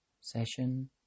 session